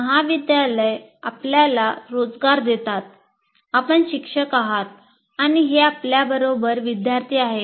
महाविद्यालय आपल्याला रोजगार देतात आपण शिक्षक आहात आणि हे आपल्याबरोबर विद्यार्थी आहेत